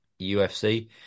UFC